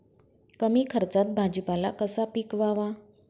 कमी खर्चात भाजीपाला कसा पिकवावा?